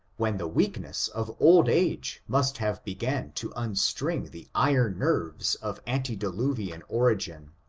when the weak ness of old age must have began to unstring the iron nerves of antediluvian origin,